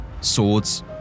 swords